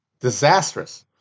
disastrous